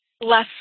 Less